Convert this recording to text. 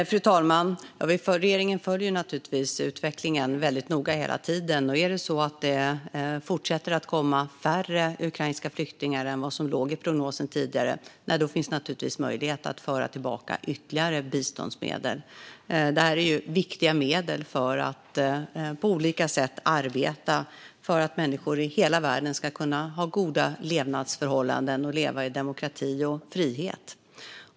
Fru talman! Regeringen följer naturligtvis utvecklingen väldigt noga hela tiden. Om det fortsätter att komma färre ukrainska flyktingar än vad som låg i prognosen tidigare finns det naturligtvis möjlighet att föra tillbaka ytterligare biståndsmedel. Det här är viktiga medel för att på olika sätt arbeta för att människor i hela världen ska kunna ha goda levnadsförhållanden och leva i demokrati och frihet.